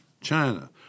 China